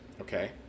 Okay